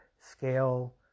scale